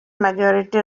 majority